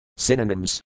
Synonyms